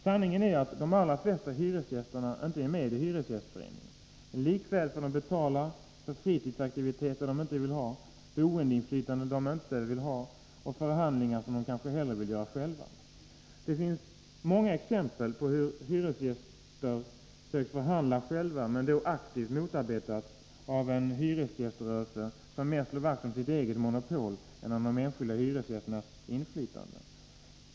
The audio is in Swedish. Sanningen är att de allra flesta hyresgäster inte är med i hyresgästföreningen. Likväl får de betala för fritidsaktiviteter de inte vill ha, boendeinflytande de inte vill ha och förhandlingar som de kanske hellre vill genomföra själva. Det finns många exempel på hur hyresgäster sökt förhandla själva, men då aktivt motarbetats av en hyresgäströrelse som mer slår vakt om sitt eget monopol än om de enskilda hyresgästernas inflytande.